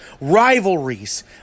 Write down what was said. rivalries